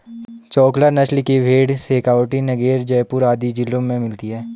चोकला नस्ल की भेंड़ शेखावटी, नागैर, जयपुर आदि जिलों में मिलती हैं